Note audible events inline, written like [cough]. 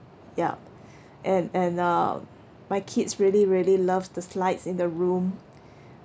yup [breath] and and uh my kids really really loved the slides in the room [breath]